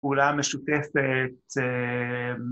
פעולה משותפת ב...